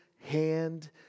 hand